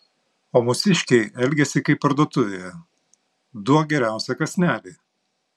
o mūsiškiai elgiasi kaip parduotuvėje duok geriausią kąsnelį